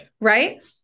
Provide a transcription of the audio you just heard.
Right